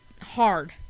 hard